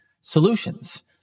solutions